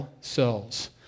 cells